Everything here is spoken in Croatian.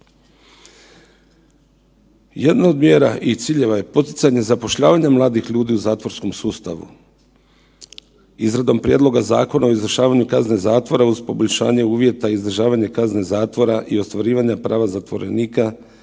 Jedno od mjera i ciljeva je poticanje zapošljavanja mladih ljudi u zatvorskom sustavu izradom prijedloga Zakona o izvršavanju kazne zatvora uz poboljšavanje uvjeta i izdržavanje kazne zatvora i ostvarivanja prava zatvorenika.